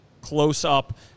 close-up